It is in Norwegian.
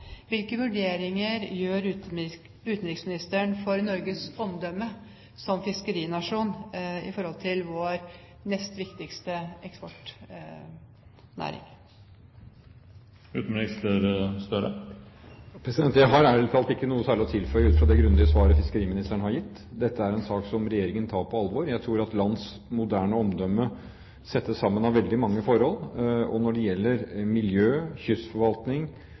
Hvilke vurderinger gjør utenriksministeren seg med tanke på Norges omdømme som fiskerinasjon i forhold til vår nest viktigste eksportnæring? Jeg har, ærlig talt, ikke noe særlig å tilføye, ut fra det grundige svaret fiskeriministeren har gitt. Dette er en sak som regjeringen tar på alvor. Jeg tror at lands moderne omdømme settes sammen av veldig mange forhold. Og når det gjelder miljø, kystforvaltning